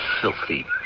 filthy